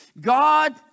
God